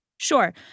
Sure